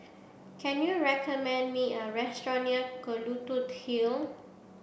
can you recommend me a restaurant near Kelulut Hill